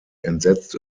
entsetzt